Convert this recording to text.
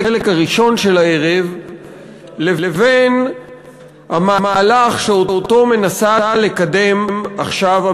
הראשון של הערב לבין המהלך שהממשל מנסה לקדם עכשיו.